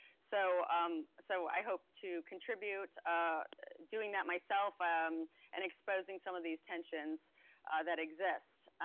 so um so i hope to contribute doing that myself um and exposing some of these tensions that exist.